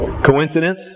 Coincidence